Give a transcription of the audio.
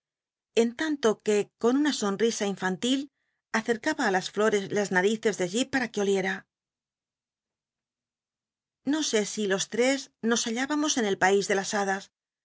en tanto que con una risa infanlil acercaba á las flores las narices de jip para que oliem no sé si los tres nos halhibamos en el país de las hadirs